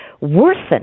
worsen